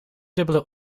dubbele